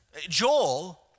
Joel